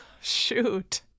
Shoot